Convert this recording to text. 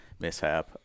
mishap